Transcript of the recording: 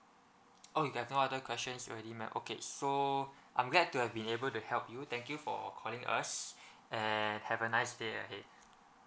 oh you have no other questions already ma'am okay so I'm glad to have been able to help you thank you for calling us and have a nice day ahead